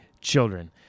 children